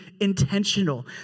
intentional